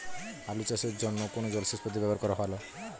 আলু চাষের জন্য কোন জলসেচ পদ্ধতি ব্যবহার করা ভালো?